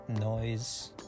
noise